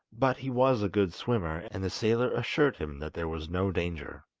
but he was a good swimmer, and the sailor assured him that there was no danger.